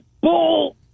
bull